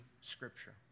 Scripture